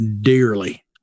dearly